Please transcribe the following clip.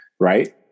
Right